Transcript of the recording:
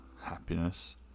happiness